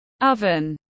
oven